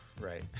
Right